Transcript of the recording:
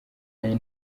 kandi